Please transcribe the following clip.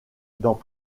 dans